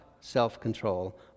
self-control